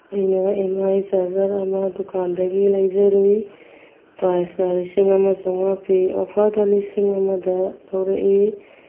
ꯑꯩꯅ M I charger ꯑꯃ ꯗꯨꯀꯥꯟꯗꯒꯤ ꯂꯩꯖꯔꯨꯏ ꯄ꯭ꯔꯥꯏꯖꯅ ꯂꯤꯁꯤꯡ ꯑꯃ ꯆꯥꯝꯃꯉꯥ ꯄꯤ ꯑꯣꯐꯔꯗ ꯂꯤꯁꯤꯡ ꯑꯃꯗ ꯂꯧꯔꯛꯏ